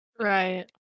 right